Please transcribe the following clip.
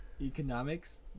economics